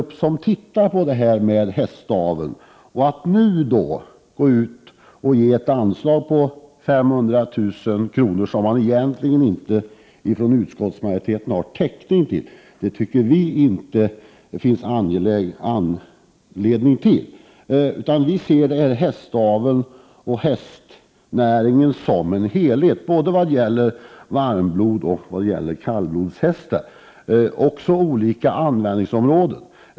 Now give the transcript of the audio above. Vi tycker inte att det finns anledning att som utskottsmajoriteten nu gör föreslå ett anslag på 500 000 kr. som man egentligen inte har täckning för. Vi ser hästaveln och hästnäringen som en helhet, både när det gäller varmblodsoch kallblodshästar och när det gäller olika användningsområden.